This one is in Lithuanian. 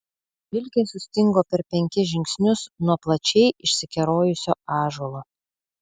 vilkė sustingo per penkis žingsnius nuo plačiai išsikerojusio ąžuolo